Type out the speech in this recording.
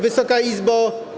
Wysoka Izbo!